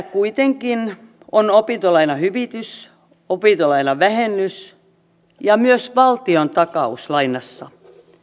kuitenkin on opintolainahyvitys opintolainavähennys ja myös valtiontakaus lainassa